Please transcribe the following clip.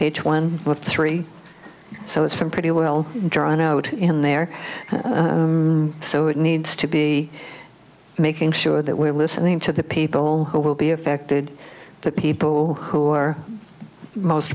page one with three so it's been pretty well drawn out in there so it needs to be making sure that we're listening to the people who will be affected the people who are most